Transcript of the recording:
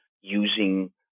using